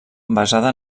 basada